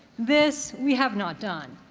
this we have not done.